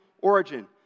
origin